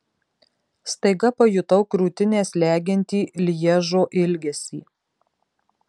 staiga pajutau krūtinę slegiantį lježo ilgesį